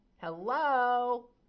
hello